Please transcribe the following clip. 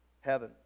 Heaven